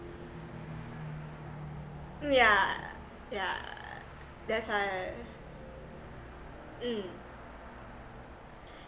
mm yeah yeah that's why mm